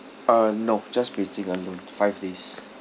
uh no just beijing only five days